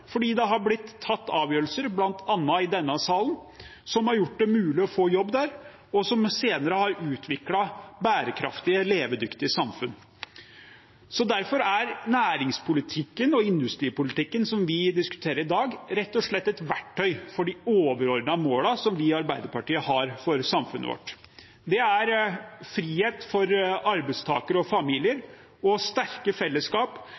fordi det har blitt tatt avgjørelser, bl.a. i denne salen, som har gjort det mulig å få jobb der, og som senere har utviklet bærekraftige, levedyktige samfunn. Derfor er næringspolitikken og industripolitikken som vi diskuterer i dag, rett og slett et verktøy for de overordnede målene som vi i Arbeiderpartiet har for samfunnet vårt. Det er frihet for arbeidstakere og familier og sterke fellesskap